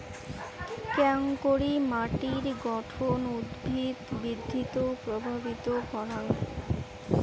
কেঙকরি মাটির গঠন উদ্ভিদ বৃদ্ধিত প্রভাবিত করাং?